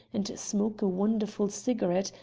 and smoke a wonderful cigarette,